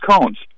cones